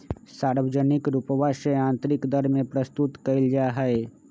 सार्वजनिक रूपवा से आन्तरिक दर के प्रस्तुत कइल जाहई